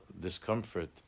discomfort